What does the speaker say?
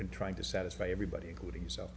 in trying to satisfy everybody including yourself